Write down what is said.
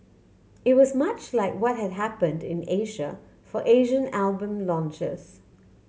it was much like what had happened in Asia for Asian album launches